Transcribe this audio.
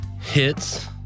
hits